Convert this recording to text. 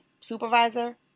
supervisor